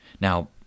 now